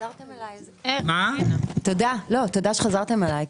תודה שחזרתם אלי.